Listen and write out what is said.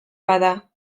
bada